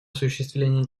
осуществлении